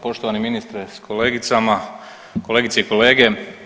Poštovani ministre s kolegicama, kolegice i kolege.